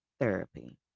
therapy